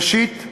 ראשית,